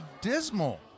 dismal